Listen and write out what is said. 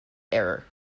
error